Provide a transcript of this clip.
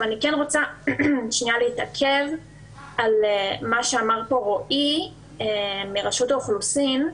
אני כן רוצה להתעכב על מה שאמר פה רועי מרשות האוכלוסין.